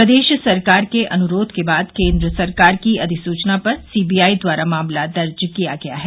प्रदेश सरकार के अनुरोध के बाद केन्द्र सरकार की अधिसूचना पर सीबीआई द्वारा मामला दर्ज किया गया है